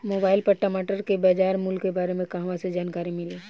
Mobile पर टमाटर के बजार मूल्य के बारे मे कहवा से जानकारी मिली?